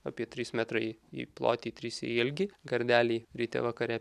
apie trys metrai į plotį trys į ilgį gardelį ryte vakare